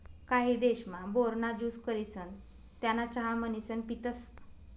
काही देशमा, बोर ना ज्यूस करिसन त्याना चहा म्हणीसन पितसं